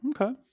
Okay